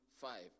five